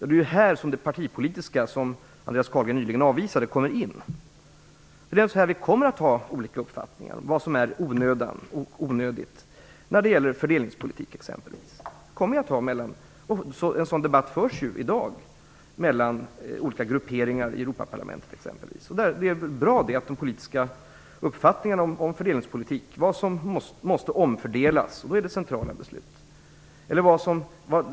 Det är här som det partipolitiska, som Andreas Carlgren nyligen avvisade, kommer in. Vi kommer att ha olika uppfattningar om vad som är i onödan och onödigt, t.ex. när det gäller fördelningspolitiken. En sådan debatt förs ju i dag exempelvis mellan olika grupperingar i Europaparlamentet. Det är bra att de politiska uppfattningarna om fördelningspolitik debatteras. När det gäller vad som måste omfördelas är det centrala beslut.